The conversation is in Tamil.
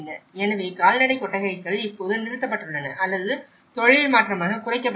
எனவே கால்நடை கொட்டகைகள் இப்போது நிறுத்தப்பட்டுள்ளன அல்லது தொழில் மாற்றமாக குறைக்கப்படுகின்றன